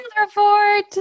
report